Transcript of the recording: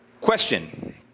Question